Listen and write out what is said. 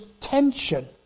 tension